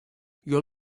your